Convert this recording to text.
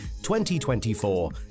2024